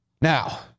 Now